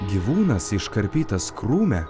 gyvūnas iškarpytas krūme